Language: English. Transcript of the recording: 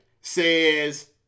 says